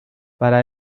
para